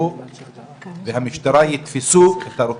שהוא והמשטרה יתפסו את הרוצחים.